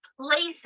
place